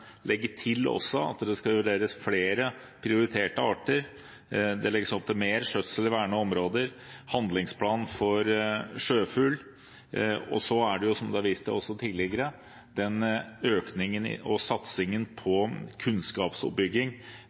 legge til at det skal vurderes flere prioriterte arter. Det legges opp til mer skjøtsel i vernede områder, handlingsplanen for sjøfugl. Og som det også er vist til tidligere, er det den satsingen på kunnskapsoppbygging med økologisk grunnkart og